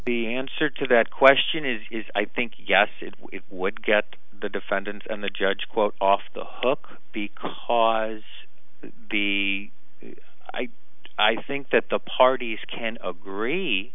the answer to that question is i think yes it would get the defendant and the judge quote off the hook because the i think that the parties can agree